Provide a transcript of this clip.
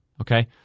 Okay